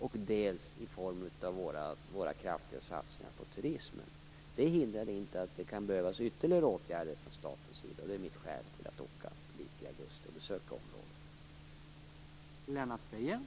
Slutligen handlar det också om våra kraftiga satsningar på turismen. Detta hindrar inte att det kan behövas ytterligare åtgärder från statens sida. Det är mitt skäl till att i augusti åka ned för att besöka området.